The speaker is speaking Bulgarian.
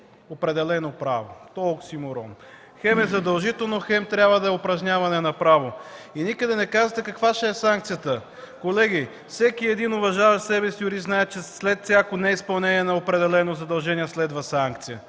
определено право”. Този оксиморон – хем е задължително, хем трябва да е упражняване на право. Никъде не казвате каква ще е санкцията. Колеги, всеки един, уважаващ себе си юрист, знае, че след всяко неизпълнение на определено задължение, следва санкция.